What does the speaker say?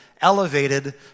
elevated